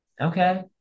okay